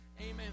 Amen